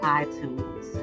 iTunes